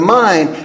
mind